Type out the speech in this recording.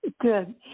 good